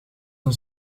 een